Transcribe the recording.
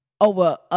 Over